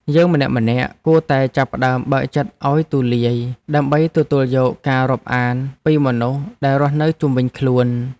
យើងម្នាក់ៗគួរតែចាប់ផ្ដើមបើកចិត្តឱ្យទូលាយ ដើម្បីទទួលយកការរាប់អានពីមនុស្សដែលរស់នៅជុំវិញខ្លួន។